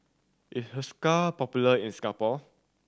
is Hiruscar popular in Singapore